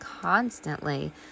constantly